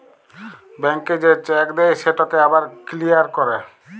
ব্যাংকে যে চ্যাক দেই সেটকে আবার কিলিয়ার ক্যরে